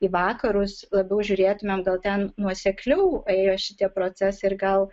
į vakarus labiau žiūrėtumėm gal ten nuosekliau ėjo šitie procesai ir gal